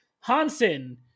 Hansen